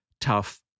tough